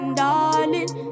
darling